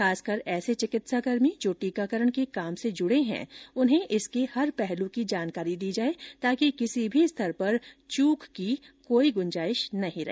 खासकर ऐसे चिकित्साकर्मी जो टीकाकरण के काम से जुड़े हैं उन्हें इसके हर पहलू की जानकारी दी जाए ताकि किसी भी स्तर पर चूक की कोई गुजाइश नहीं रहे